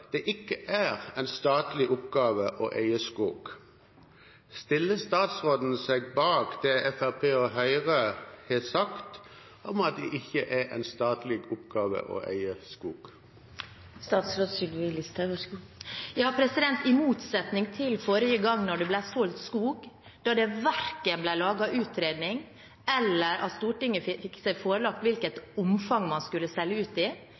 det ikke er en statlig oppgave å eie skog Stiller statsråden seg bak det Fremskrittspartiet og Høyre har sagt om at det ikke er en statlig oppgave å eie skog? I motsetning til forrige gang da det ble solgt skog, da det verken ble laget noen utredning eller forelagt Stortinget hvilket omfang man skulle selge ut i,